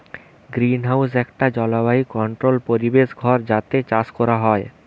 greenhouse একটা জলবায়ু controlled পরিবেশ ঘর যাতে চাষ কোরা হয়